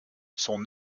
son